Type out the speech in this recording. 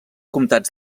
comtats